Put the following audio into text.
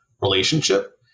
relationship